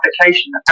application